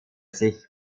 sich